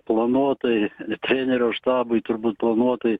planuotai trenerio štabui turbūt planuotai